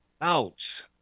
out